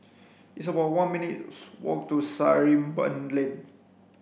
it's about one minutes' walk to Sarimbun Lane